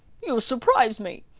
you surprise me.